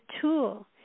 tool